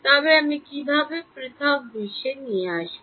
তবে আমি কীভাবে পৃথক বিশ্বে নিয়ে আসব